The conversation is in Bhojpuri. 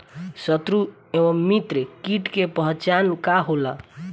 सत्रु व मित्र कीट के पहचान का होला?